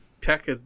tech